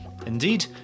Indeed